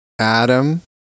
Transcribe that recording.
adam